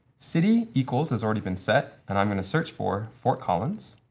city equals has already been set, and i'm going to search for fort collins.